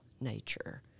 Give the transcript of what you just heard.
nature